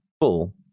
full